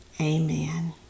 Amen